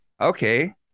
Okay